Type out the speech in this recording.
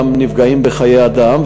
פגיעות בחיי אדם,